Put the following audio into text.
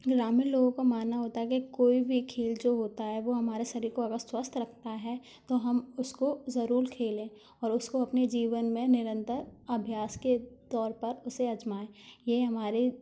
ग्रामीण लोगों का मानना होता है कि कोई भी खेल जो होता है वह हमारे शरीर को अगर स्वस्थ रखता है तो हम उसको ज़रूर खेलें और उसको अपने जीवन में निरंतर अभ्यास के तौर पर उसे आजमाएं ये हमारे